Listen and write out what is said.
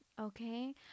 okay